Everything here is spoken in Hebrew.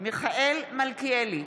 מיכאל מלכיאלי,